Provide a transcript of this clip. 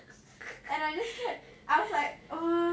and I just kept I was like uh